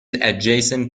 adjacent